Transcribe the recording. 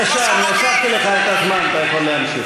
בבקשה, אני הוספתי לך את הזמן, אתה יכול להמשיך.